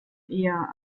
eher